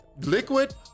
liquid